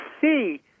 see